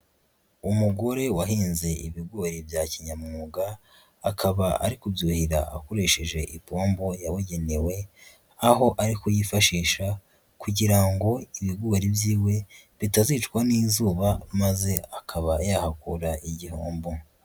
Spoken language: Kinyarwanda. Umugore wahinze ibigori bya kinyamwuga, akaba ari kubyuhira akoresheje ipombo yabugenewe, aho ari kuyifashisha, kugira ngo ibigori byiwe bitazicwa n'izuba, maze akaba yahakura igihombo.